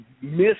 miss